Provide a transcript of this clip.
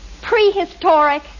prehistoric